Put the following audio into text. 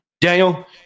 Daniel